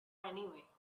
anyway